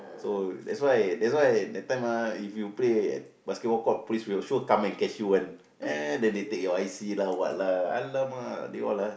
so that's why that's why that time uh if you play basketball court police will sure come and catch you one eh then they take your I_C lah or what lah !alamak! they all ah